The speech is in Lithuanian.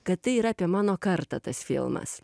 kad tai yra apie mano kartą tas filmas